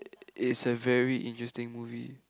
is a very interesting movie